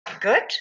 Good